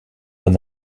d’un